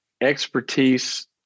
expertise